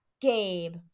Gabe